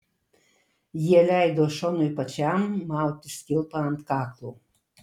jie leido šonui pačiam mautis kilpą ant kaklo